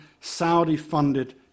Saudi-funded